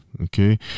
okay